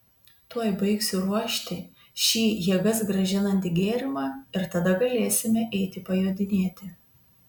tuoj baigsiu ruošti šį jėgas grąžinantį gėrimą ir tada galėsime eiti pajodinėti